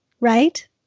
right